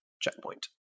checkpoint